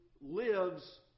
lives